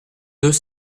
deux